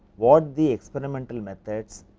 what the experimental methods